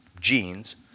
genes